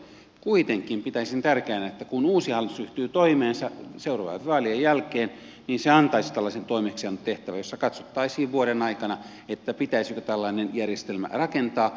kuitenkin pitäisin tärkeänä että kun uusi hallitus ryhtyy toimeensa seuraavien vaalien jälkeen niin se antaisi tällaisen toimeksiantotehtävän jossa katsottaisiin vuoden aikana pitäisikö tällainen järjestelmä rakentaa